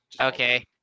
Okay